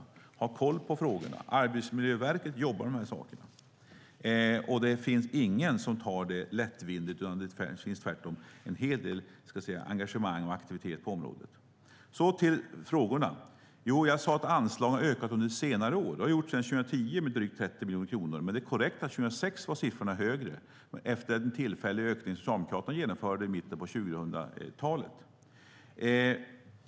De har koll på de här sakerna. Det finns ingen som tar det lättvindigt, utan det finns tvärtom en hel del engagemang och aktivitet på området. Jag övergår nu till frågorna. Jag sade att anslaget har ökat under senare år. Det har det gjort sedan 2010 med drygt 30 miljoner kronor. Det är korrekt att siffrorna var högre 2006, efter en tillfällig ökning som Socialdemokraterna genomförde i mitten på 00-talet.